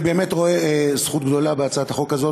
אני באמת רואה זכות גדולה בהצעת החוק הזאת.